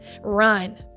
run